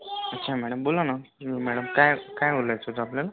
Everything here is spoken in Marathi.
अच्छा मॅडम बोला ना काय काय बोलायचं होतं आपल्याला